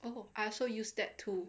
oh I also use that too